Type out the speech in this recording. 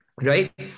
right